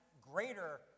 greater